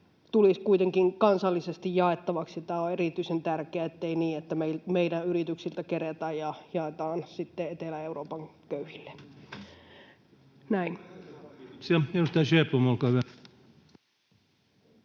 tulisi kuitenkin kansallisesti jaettavaksi. Tämä on erityisen tärkeää, ettei käy niin, että meidän yrityksiltä kerätään ja jaetaan sitten Etelä-Euroopan köyhille.